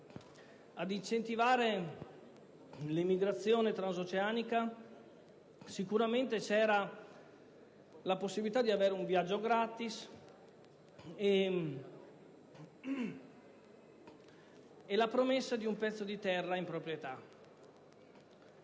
Ad incentivare l'emigrazione transoceanica sicuramente c'era la possibilità di avere un viaggio gratis e la promessa di un pezzo di terra in proprietà.